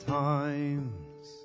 times